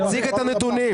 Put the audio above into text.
תציג את הנתונים.